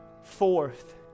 fourth